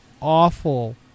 awful